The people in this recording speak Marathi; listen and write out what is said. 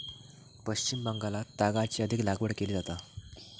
पश्चिम बंगालात तागाची अधिक लागवड केली जाता